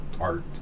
art